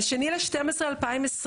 ב-2 לדצמבר 2020,